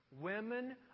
women